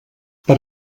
per